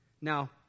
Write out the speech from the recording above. Now